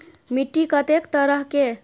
मिट्टी कतेक तरह के?